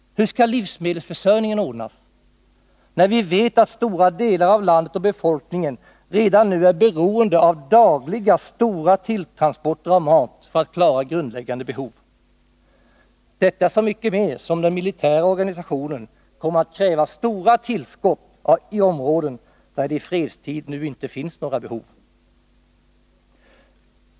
Hur skall livsmedelsförsörjningen ordnas, när vi vet att stora delar av landet och befolkningen redan nu är beroende av dagliga, stora tilltransporter av mat för att kiara grundläggande behov? Detta är en viktig fråga, så mycket mer som den militära organisationen kommer att kräva stora tillskott i områden där det i fredstid inte finns några behov.